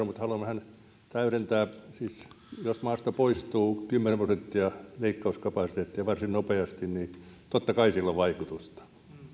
mutta haluan vähän täydentää siis jos maasta poistuu kymmenen prosenttia leikkauskapasiteettia varsin nopeasti niin totta kai sillä on vaikutusta